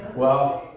well,